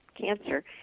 cancer